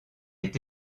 est